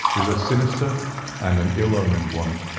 is a sinister and an ill-omened one.